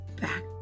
back